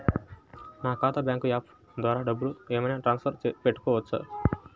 నా ఖాతా bank app ద్వారా డబ్బులు ఏమైనా ట్రాన్స్ఫర్ పెట్టుకోవచ్చా?